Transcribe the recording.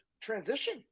transition